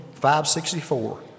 564